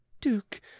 duke